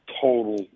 total